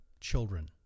children